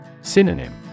Synonym